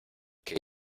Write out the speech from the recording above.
que